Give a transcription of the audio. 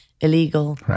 illegal